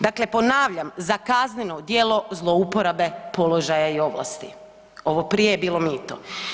Dakle, ponavljam za kazneno djelo zlouporabe položaja i ovlasti, ovo prije je bilo mito.